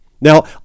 Now